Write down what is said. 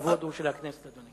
הכבוד הוא של הכנסת, אדוני.